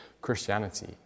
Christianity